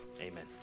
Amen